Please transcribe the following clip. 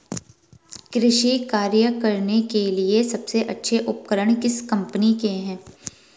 कृषि कार्य करने के लिए सबसे अच्छे उपकरण किस कंपनी के हैं?